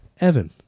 Evan